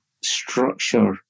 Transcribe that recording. structure